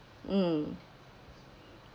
mm